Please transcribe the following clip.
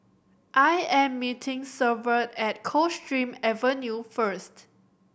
I am meeting Severt at Coldstream Avenue first